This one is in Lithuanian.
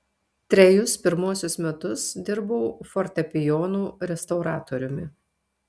trejus pirmuosius metus dirbau fortepijonų restauratoriumi